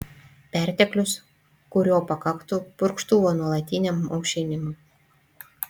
perteklius kurio pakaktų purkštuvo nuolatiniam aušinimui